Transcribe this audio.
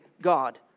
God